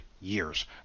years